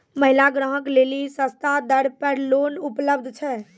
महिला ग्राहक लेली सस्ता दर पर लोन उपलब्ध छै?